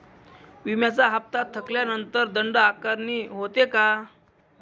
विम्याचा हफ्ता थकल्यानंतर दंड आकारणी होते का?